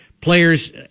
players